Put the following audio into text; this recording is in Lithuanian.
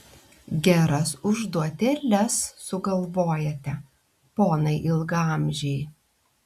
geras užduotėles sugalvojate ponai ilgaamžiai